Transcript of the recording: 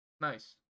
Nice